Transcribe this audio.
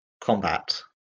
combat